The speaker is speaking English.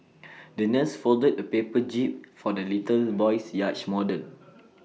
the nurse folded A paper jib for the little boy's yacht model